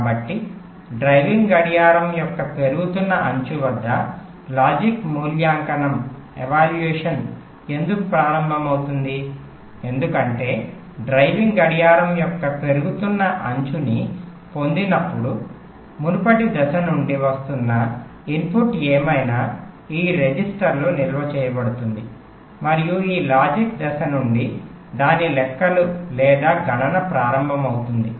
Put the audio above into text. కాబట్టి డ్రైవింగ్ గడియారం యొక్క పెరుగుతున్న అంచు వద్ద లాజిక్ మూల్యాంకనం ఎందుకు ప్రారంభమవుతుంది ఎందుకంటే డ్రైవింగ్ గడియారం యొక్క పెరుగుతున్న అంచుని పొందినప్పుడు మునుపటి దశ నుండి వస్తున్న ఇన్పుట్ ఏమైనా ఈ రిజిస్టర్లో నిల్వ చేయబడుతుంది మరియు ఈ లాజిక్ దశ నుండి దాని లెక్కలు లేదా గణన ప్రారంభమవుతుంది